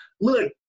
Look